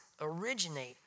originate